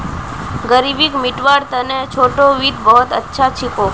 ग़रीबीक मितव्वार तने छोटो वित्त बहुत अच्छा छिको